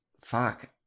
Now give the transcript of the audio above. fuck